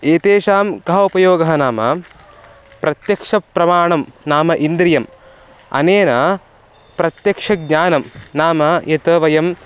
एतेषां कः उपयोगः नाम प्रत्यक्षप्रमाणं नाम इन्द्रियम् अनेन प्रत्यक्षज्ञानं नाम यत् वयं